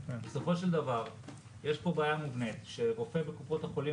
כי בסופו של דבר יש פה בעיה מובנית שרופאים בקופות החולים